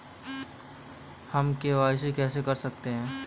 हम के.वाई.सी कैसे कर सकते हैं?